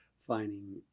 finding